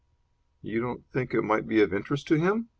you don't think it might be of interest to him?